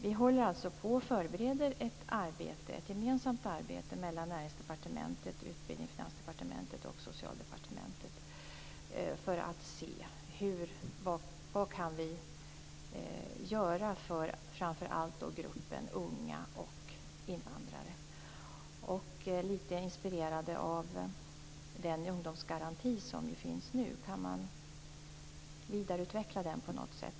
Vi håller alltså på och förbereder ett gemensamt arbete mellan Näringsdepartementet, Utbildningsdepartementet, Finansdepartementet och Socialdepartementet för att se vad vi kan göra för framför allt grupperna unga och invandrare. Vi är lite inspirerade av den ungdomsgaranti som ju finns nu. Kan man vidareutveckla den på något sätt?